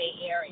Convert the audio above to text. Area